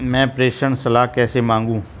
मैं प्रेषण सलाह कैसे मांगूं?